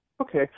okay